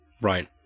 Right